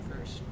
first